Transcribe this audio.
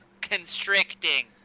Constricting